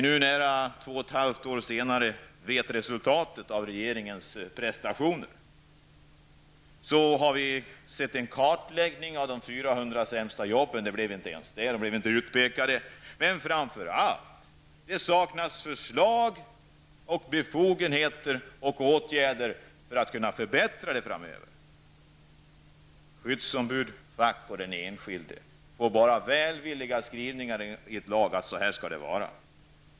Nu, nästan 2,5 år senare, vet vi ju resultatet av regeringens prestationer. Vi har tagit del av en kartläggning av de 400 sämsta jobben, även om dessa inte pekades ut. Framför allt saknas det förslag, befogenheter och åtgärder för att kunna vidta åtgärder som förbättrar situationen. I stället för insatser från skyddsombud och fack får den enskilde bara läsa välvilliga skrivningar om hur det skall vara.